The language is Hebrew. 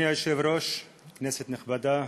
אדוני היושב-ראש, כנסת נכבדה,